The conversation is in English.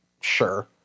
Sure